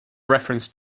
reference